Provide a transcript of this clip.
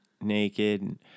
naked